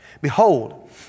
Behold